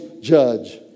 judge